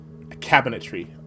cabinetry